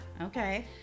Okay